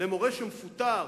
למורה שמפוטר